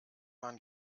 man